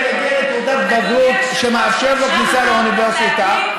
יגיע לתעודת בגרות שמאפשרת לו כניסה לאוניברסיטה,